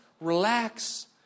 relax